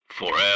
forever